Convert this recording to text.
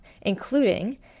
including